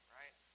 right